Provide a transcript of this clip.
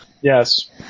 Yes